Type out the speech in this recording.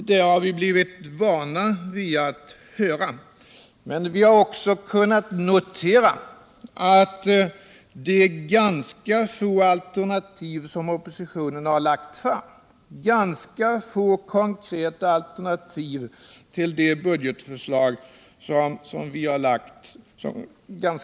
Det har vi blivit vana vid att höra. Men vi har också kunnat notera att oppositionen har lagt fram ganska få konkreta alternativ till vårt budgetförslag.